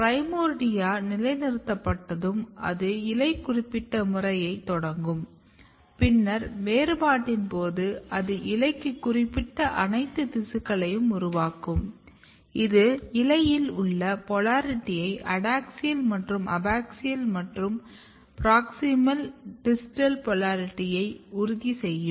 primordia நிலைநிறுத்தப்பட்டதும் அது இலை குறிப்பிட்ட முறையைத் தொடங்கும் பின்னர் வேறுபாட்டின் போது அது இலைக்கு குறிப்பிட்ட அனைத்து திசுக்களையும் உருவாக்கும் இது இலையில் உள்ள போலாரிட்டியை அடாக்ஸியல் மற்றும் அபாக்ஸியல் மற்றும் பிராக்ஸிமல் மற்றும் டிஸ்டல் போலாரிட்டியை உறுதி செய்யும்